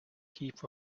heap